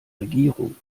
regierung